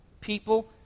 people